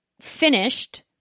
Finished